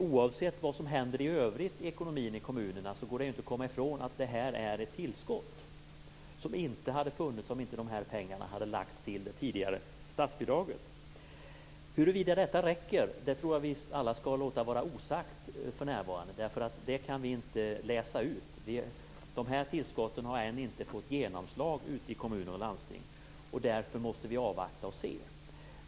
Oavsett vad som händer i ekonomin i övrigt i kommunerna går det inte att komma ifrån att det här är ett tillskott som inte hade funnits om inte de Huruvida detta räcker tror jag vi alla skall låta vara osagt för närvarande. Det kan vi inte läsa ut. Tillskotten har ännu inte fått genomslag ute i kommuner och landsting, därför måste vi avvakta och se.